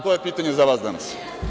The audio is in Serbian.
To je pitanje za vas danas.